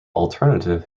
alternative